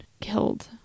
killed